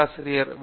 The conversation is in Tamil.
பேராசிரியர் பி